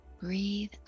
breathe